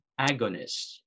agonist